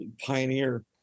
pioneer